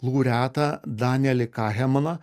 laureatą danielį kahemaną